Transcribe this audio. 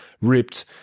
ripped